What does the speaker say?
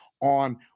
on